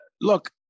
look